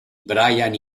brian